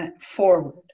forward